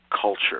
culture